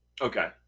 Okay